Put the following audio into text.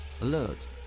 Alert